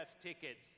tickets